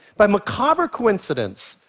by macabre coincidence,